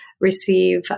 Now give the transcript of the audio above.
receive